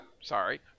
sorry